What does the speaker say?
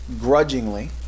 grudgingly